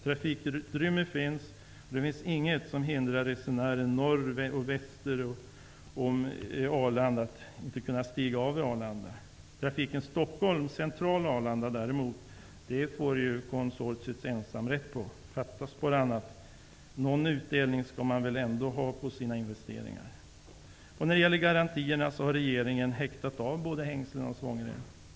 Trafikutrymme finns, och det finns inget som hindrar resenärer norr och västerifrån att stiga av vid Arlanda. Trafiken Stockholms Central-- Arlanda däremot får konsortiet ensamrätt på -- fattas bara annat. Någon utdelning skall man väl ändå ha på sina investeringar! När det gäller garantierna har regeringen häktat av både hängslen och svångrem.